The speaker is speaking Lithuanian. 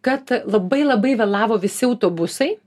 kad labai labai vėlavo visi autobusai